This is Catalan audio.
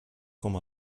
com